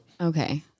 Okay